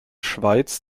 schweiz